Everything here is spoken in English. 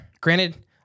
Granted